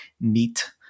neat